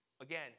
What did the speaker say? again